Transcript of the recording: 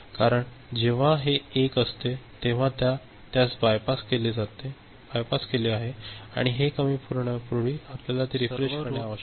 कारण जेव्हा हे 1 असते तेव्हा त्यास बायपास केले जात आहे आणि हे कमी होण्यापूर्वी आपल्याला हे रीफ्रेश करणे आवश्यक आहे